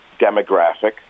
demographic